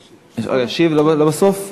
ישיב, לא בסוף?